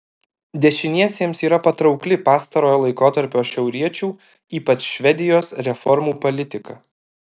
dešiniesiems yra patraukli pastarojo laikotarpio šiauriečių ypač švedijos reformų politika